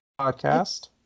podcast